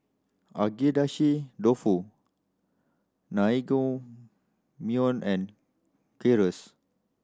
Agedashi Dofu Naengmyeon and Gyros